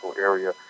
area